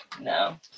no